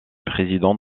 président